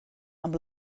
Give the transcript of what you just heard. amb